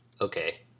okay